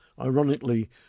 Ironically